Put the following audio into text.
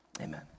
amen